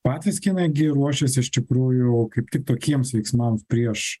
patys kinai gi ruošiasi iš tikrųjų kaip tik tokiems veiksmams prieš